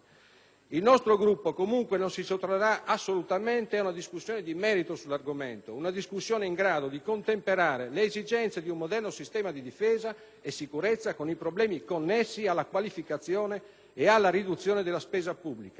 Il nostro Gruppo, comunque, non si sottrarrà assolutamente ad una discussione di merito sull'argomento, che sia in grado di contemperare le esigenze di un moderno sistema di difesa e sicurezza con i problemi connessi alla qualificazione e alla riduzione della spesa pubblica.